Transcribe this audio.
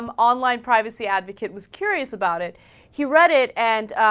um online privacy advocate was curious about it he read it and